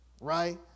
right